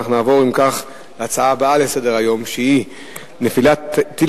נעבור לנושא הבא בסדר-היום: נפילת טיל